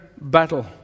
battle